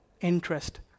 interest